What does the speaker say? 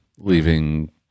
leaving